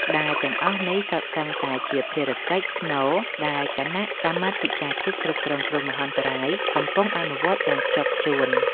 ដែលទាំងអស់នេះសុទ្ធសឹងតែជាភារកិច្ចស្នូលដែលគណៈកម្មាធិការជាតិគ្រប់គ្រងគ្រោះមហន្តរាយកំពុងអនុវត្តយ៉ាងខ្ជាប់ខ្ជួន។